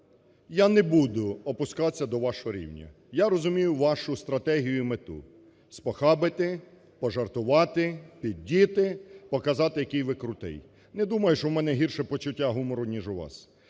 Я не буду опускатися до вашого рівня. Я розумію вашу стратегію і мету – спохабити, пожартувати, піддіти, показати, який ви крутий. Не думаю, що в мене гірше почуття гумору, ніж у вас,